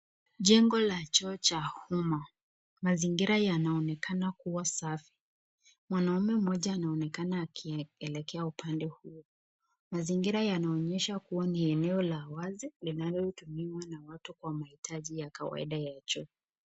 Jengo la choo cha umma, mazingira yanaonekana kuwa safi, mwanaume mmoja anaonekana akielekea upande hio, mazingira yanaonyesha kuwa ni eneo la wazi, linalo tumiwa na watu kwa mahitaji ya kawaida ya choo.